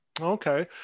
okay